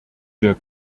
wir